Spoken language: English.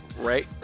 Right